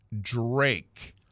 Drake